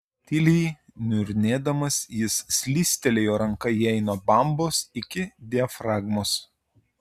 tyliai niurnėdamas jis slystelėjo ranka jai nuo bambos iki diafragmos